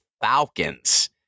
Falcons